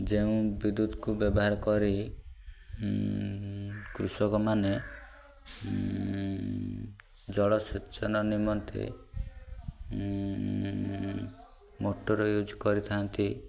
ଯେଉଁ ବିଦ୍ୟୁତକୁ ବ୍ୟବହାର କରି କୃଷକମାନେ ଜଳସେଚନ ନିମନ୍ତେ ମୋଟର ୟୁଜ୍ କରିଥାନ୍ତି